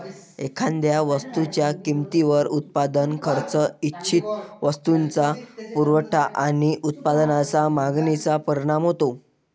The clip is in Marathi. एखाद्या वस्तूच्या किमतीवर उत्पादन खर्च, इच्छित वस्तूचा पुरवठा आणि उत्पादनाच्या मागणीचा परिणाम होतो